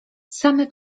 same